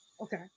Okay